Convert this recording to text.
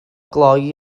glou